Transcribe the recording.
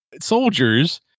soldiers